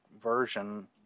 version